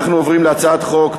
לוועדה.